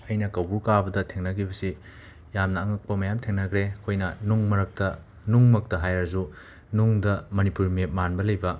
ꯑꯩꯅ ꯀꯧꯕ꯭ꯔꯨ ꯀꯥꯕꯗ ꯊꯦꯡꯅꯈꯤꯕꯁꯤ ꯌꯥꯝꯅ ꯑꯉꯛꯄ ꯃꯌꯥꯝ ꯊꯦꯡꯅꯈ꯭ꯔꯦ ꯑꯩꯈꯣꯏꯅ ꯅꯨꯡ ꯃꯔꯛꯇ ꯅꯨꯡ ꯃꯛꯇ ꯍꯥꯏꯔꯁꯨ ꯅꯨꯡꯗ ꯃꯅꯤꯄꯨꯔ ꯃꯦꯞ ꯃꯥꯟꯕ ꯂꯩꯕ